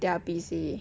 they are busy